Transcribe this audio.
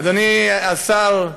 אדוני השר,